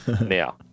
Now